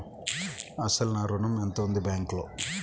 అసలు నా ఋణం ఎంతవుంది బ్యాంక్లో?